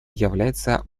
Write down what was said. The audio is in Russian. является